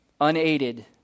unaided